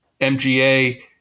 MGA